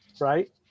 Right